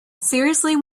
seriously